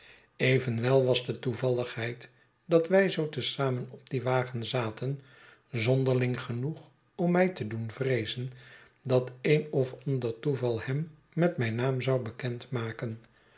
evenwel was de toevalligheid dat wij zoo te zamen op dien wagen zaten zonderling genoeg om my te doen vreezen dat een of ander toeval hem met mijn naam zou bekend maken